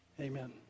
amen